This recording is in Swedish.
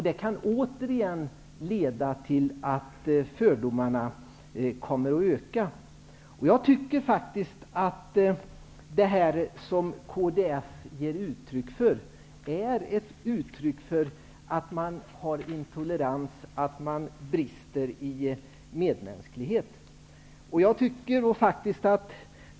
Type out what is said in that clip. Det kan leda till att fördomarna återigen kommer att öka. Jag tycker faktiskt att kds ger uttryck för intolerans och att man brister i medmänsklighet.